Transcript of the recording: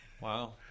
Wow